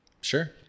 Sure